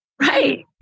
Right